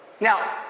Now